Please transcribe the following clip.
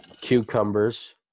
cucumbers